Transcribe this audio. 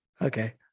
Okay